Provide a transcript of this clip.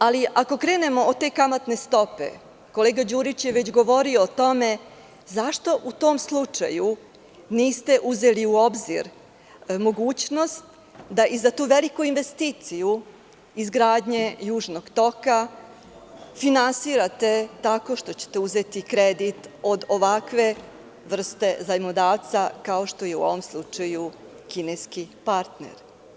Ako krenemo od te kamatne stope, kolega Đurić je o tome govorio, zašto u tom slučaju niste uzeli u obzir mogućnost da i za tu veliku investiciju izgradnju Južnog toka tako što ćete uzeti kredit od ovakve vrste zajmodavca kao što je u ovom slučaju kineski partner.